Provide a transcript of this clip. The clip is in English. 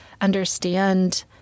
understand